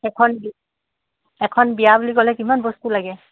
এখন এখন বিয়া বুলি ক'লে কিমান বস্তু লাগে